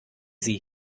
sie